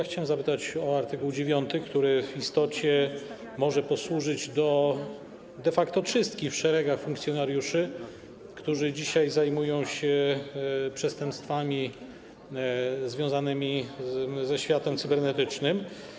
Chciałem zapytać o art. 9, który w istocie może posłużyć do de facto czystki w szeregach funkcjonariuszy, którzy dzisiaj zajmują się przestępstwami związanymi ze światem cybernetycznym.